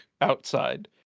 outside